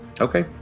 Okay